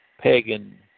pagan